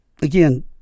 again